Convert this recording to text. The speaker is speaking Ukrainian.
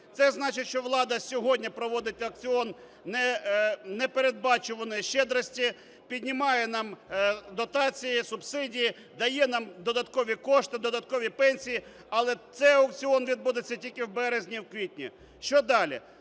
Це значить, що влада сьогодні проводить аукціон непередбачуваної щедрості, піднімає нам дотації, субсидії, дає нам додаткові кошти, додаткові пенсії, але цей аукціон відбудеться тільки в березні, в квітні. Що далі?